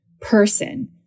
person